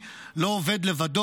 המשרד לביטחון לאומי,